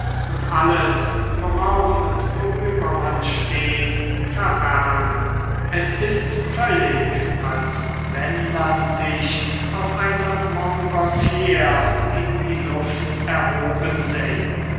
und alles worauf und worüber man steht verbergen es ist völlig als wenn man sich auf einer montgolfiere in die luft erhoben sähe